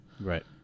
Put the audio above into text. Right